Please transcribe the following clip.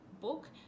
book